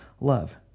love